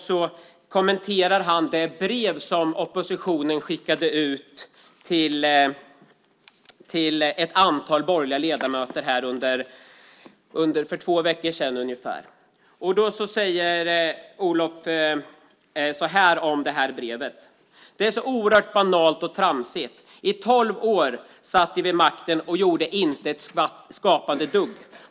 Där kommenterar han det brev som oppositionen skickade ut till ett antal borgerliga ledamöter för två veckor sedan. Olof säger så här om brevet: Det är så oerhört banalt och tramsigt. I tolv år satt ni vid makten och gjorde inte ett skapande dugg.